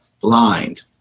blind